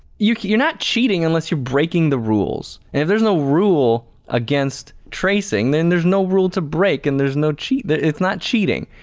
you're you're not cheating unless you're breaking the rules and if there's no rule against tracing, then there's no rule to break and there's no cheat it's not cheating.